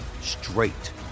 straight